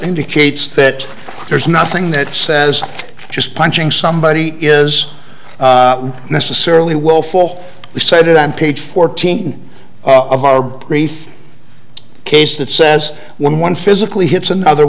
indicates that there's nothing that says just punching somebody is necessarily will fall he said on page fourteen of our brief case that says when one physically hits another